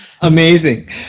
Amazing